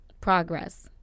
progress